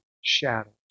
shadows